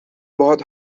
باهات